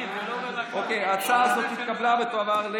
אוקיי, ההצעה הזאת התקבלה ותועבר,